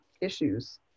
issues